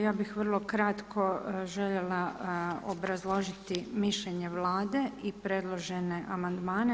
Ja bih vrlo kratko željela obrazložiti mišljenje Vlade i predložene amandmane.